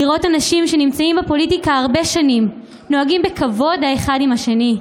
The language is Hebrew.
לראות אנשים שנמצאים בפוליטיקה הרבה שנים נוהגים בכבוד האחד עם האחר,